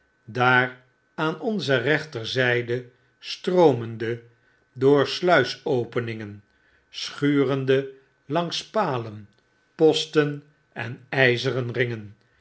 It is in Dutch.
daar aan onze rechterzijde stroomende door sluisopeningen schurende langs palen posten en yzeren ringen